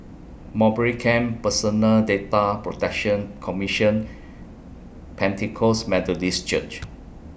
Mowbray Camp Personal Data Protection Commission Pentecost Methodist Church